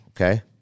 okay